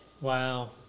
Wow